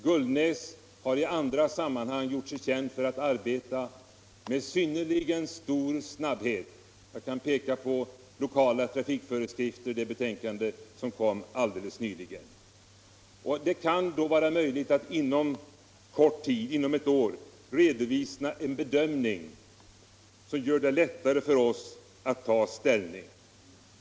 Gullnäs har i andra sammanhang gjort sig känd för att arbeta med synnerligen stor snabbhet — jag kan t.ex. peka på betänkandet Lokala trafikföreskrifter, som framlades alldeles nyligen. Det kan då bli möjligt att inom ett år redovisa en samlad bedömning som gör det lättare för oss att ta ställning.